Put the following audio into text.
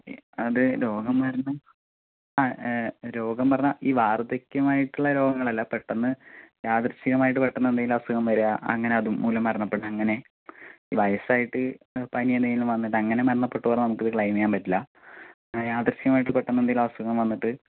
അത് രോഗമെന്ന് പറഞ്ഞാൽ ഈ വാർദ്ധക്യമായിട്ട്ളള രോഗങ്ങളല്ല പെട്ടന്ന് യാദൃഷ്ടികമായിട്ട് പെട്ടന്ന് എന്തെങ്കിലും അസുഖം വരിക അങ്ങനെ അത്മൂലം മരണപ്പെടുക അങ്ങനെ വയസ്സായിട്ട് പനിയെന്തെങ്കിലും വന്നിട്ട് അങ്ങനെ മരണപ്പെട്ടൂന്ന് പറഞ്ഞാൽ നമുക്ക് ക്ലയിമെയ്യാൻ പറ്റില്ല യാദൃഷ്ടികമായിട്ട് പെട്ടന്ന് എന്തെങ്കിലും അസുഖം വന്നിട്ട്